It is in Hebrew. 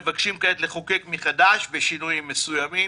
מבקשים כעת לחוקק מחדש בשינויים מסוימים,